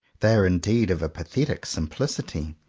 they are indeed of a pathetic simplicity.